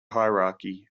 hierarchy